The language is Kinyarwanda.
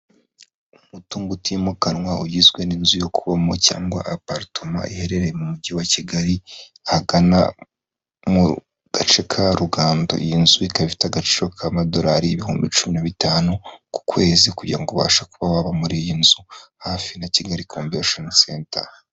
Umutungo utimukanwa ugizwe n'inzu yo kubamo cyangwa Aparitoma iherereye mu mujyi wa Kigali ahagana mu gace ka Rugando. Iyi nzu gafite agaciro k'amadolari ibihumbi cumi na bitanu ku kwezi kugira ngo ubashe kuba waba muri iyi nzu. Hafi na Kigali Convention Centre.